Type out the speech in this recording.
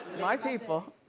my people.